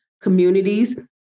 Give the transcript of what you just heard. communities